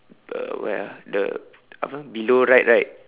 uh where ah the apa below right right